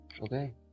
Okay